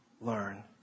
learn